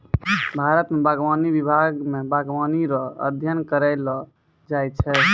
भारत मे बागवानी विभाग मे बागवानी रो अध्ययन करैलो जाय छै